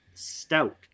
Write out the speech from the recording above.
stout